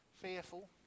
fearful